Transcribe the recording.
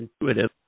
intuitive